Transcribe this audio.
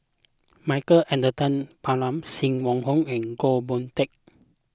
Michael Anthony Palmer Sim Wong Hoo and Goh Boon Teck